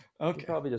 okay